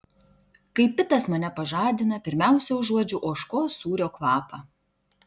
kai pitas mane pažadina pirmiausia užuodžiu ožkos sūrio kvapą